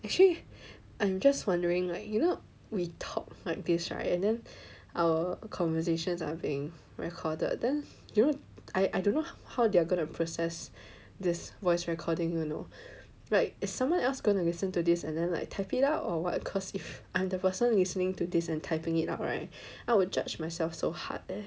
actually I'm just wondering like you know we talk like this right and then our conversations are being recorded then you know I I don't know how they are going to process this voice recording you know right if someone else is gonna listen to this and then like type it out or what cause if I'm the person listening to this and typing it out right I would judge myself so hard leh